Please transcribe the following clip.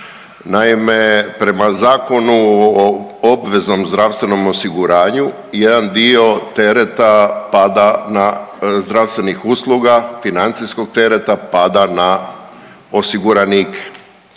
Naime, prema Zakonu o obveznom zdravstvenom osiguranju jedan dio tereta pada na, zdravstvenih usluga, financijskog tereta pada na osiguranike.